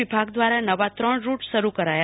વિભાગ દ્રારા નવા ત્રણ રૂટ શરૂ કરાયા